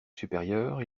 supérieurs